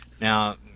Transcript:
Now